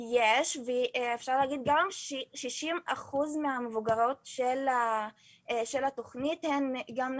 יש ואפשר להגיד גם שכ-60% מבוגרות התוכנית הן גם,